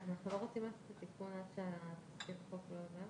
המשמעות של התיקון שהצעתם עכשיו היא שזה לא רק פקחי